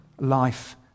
life